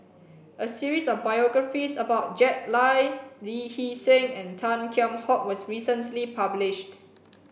a series of biographies about Jack Lai Lee Hee Seng and Tan Kheam Hock was recently published